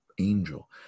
angel